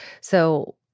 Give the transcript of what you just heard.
So-